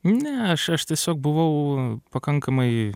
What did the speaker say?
ne aš aš tiesiog buvau pakankamai